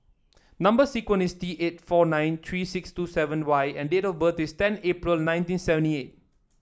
number sequence is T eight four nine three six two seven Y and date of birth is ten April nineteen seventy eight